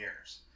years